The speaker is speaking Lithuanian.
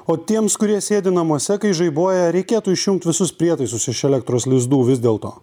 o tiems kurie sėdi namuose kai žaibuoja reikėtų išjungt visus prietaisus iš elektros lizdų vis dėl to